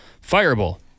fireball